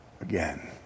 again